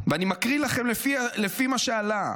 ואני מקריא לכם לפי מה שעלה.